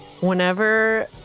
whenever